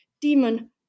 demon